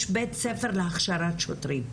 יש בית ספר להכשרת שוטרים,